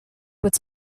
with